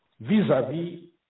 vis-à-vis